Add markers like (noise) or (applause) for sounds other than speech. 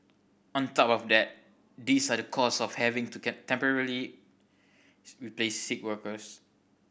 on top of that this are the cost of having to (unintelligible) temporarily (unintelligible) replace sick workers